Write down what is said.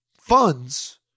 funds